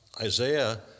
Isaiah